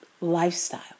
lifestyle